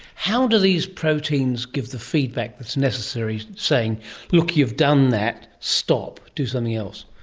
how do these proteins give the feedback that is necessary, saying look, you've done that, stop, do something else'?